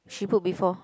she put before